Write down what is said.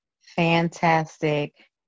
Fantastic